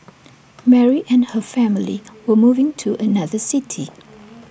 Mary and her family were moving to another city